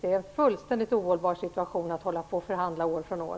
Det är en fullständigt ohållbar situation att hålla på att förhandla år från år.